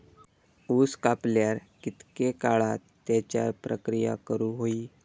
ऊस कापल्यार कितके काळात त्याच्यार प्रक्रिया करू होई?